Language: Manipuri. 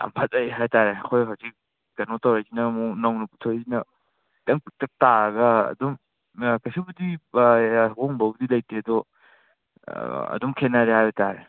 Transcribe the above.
ꯌꯥꯝ ꯐꯖꯩ ꯍꯥꯏꯇꯥꯔꯦ ꯑꯩꯈꯣꯏ ꯍꯧꯖꯤꯛ ꯀꯩꯅꯣ ꯇꯧꯔꯤꯁꯤꯅ ꯑꯃꯨꯛ ꯅꯧꯅ ꯄꯨꯊꯣꯛꯏꯁꯤꯅ ꯈꯤꯇꯪ ꯄꯤꯛꯇꯛ ꯇꯥꯔꯒ ꯑꯗꯨꯝ ꯀꯩꯁꯨꯕꯨꯗꯤ ꯑꯍꯣꯡꯕꯕꯨꯗꯤ ꯂꯩꯇꯦ ꯑꯗꯣ ꯑꯗꯨꯝ ꯈꯦꯠꯅꯔꯦ ꯍꯥꯏꯕꯇꯥꯔꯦ